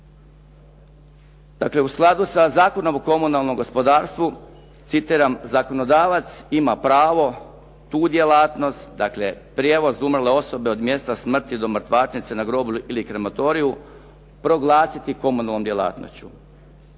Dakle, u skladu sa Zakonom o komunalnom gospodarstvu, citiram, zakonodavac ima pravo tu djelatnost, dakle prijevoz umrle osobe od mjesta smrti do mrtvačnice na groblju ili krematoriju proglasiti komunalnom djelatnošću